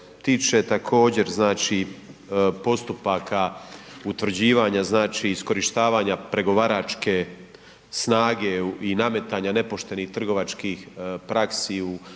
tiče također znači postupaka utvrđivanja znači iskorištavanja pregovaračke snage i nametanja nepoštenih trgovačkih praksi u lancu